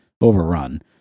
overrun